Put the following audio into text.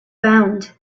bound